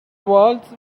walls